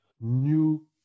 new